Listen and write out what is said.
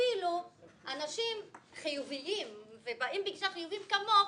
שאפילו אנשים חיוביים ובאים בגישה חיובית כמוך